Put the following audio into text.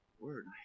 word